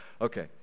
Okay